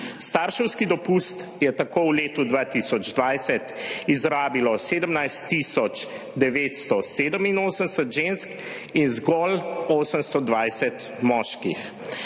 Starševski dopust je tako v letu 2020 izrabilo 17 tisoč 987 žensk in zgolj 820 moških.